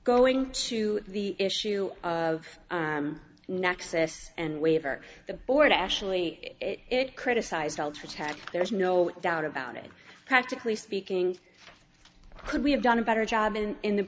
going to the issue of nexus and waiver the board actually it criticized ultratech there is no doubt about it practically speaking could we have done a better job and in the